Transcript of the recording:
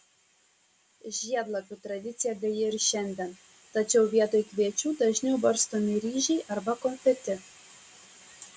žiedlapių tradicija gaji ir šiandien tačiau vietoj kviečių dažniau barstomi ryžiai arba konfeti